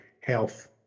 health